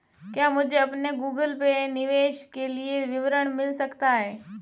क्या मुझे अपने गूगल पे निवेश के लिए विवरण मिल सकता है?